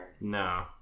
No